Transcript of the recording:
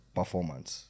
performance